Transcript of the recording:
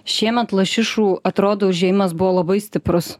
šiemet lašišų atrodo užėjimas buvo labai stiprus